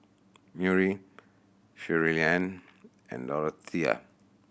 Murry Shirleyann and Doretha